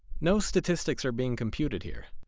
no statistics are being computed here,